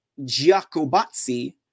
Giacobazzi